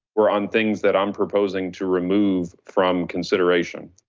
were on things that i'm proposing to remove from consideration.